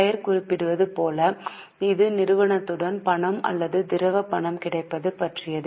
பெயர் குறிப்பிடுவது போல இது நிறுவனத்துடன் பணம் அல்லது திரவ பணம் கிடைப்பது பற்றியது